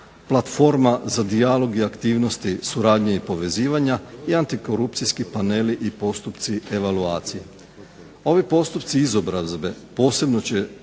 platforma za dijalog i aktivnosti suradnje i povezivanja i antikorupcijski paneli i postupci evaluacije. Ovi postupci izobrazbe posebno će